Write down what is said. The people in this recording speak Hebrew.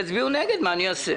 יצביעו נגד מה אני אעשה?